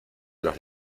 los